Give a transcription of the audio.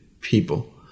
people